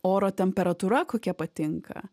oro temperatūra kokia patinka